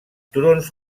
turons